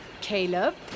Caleb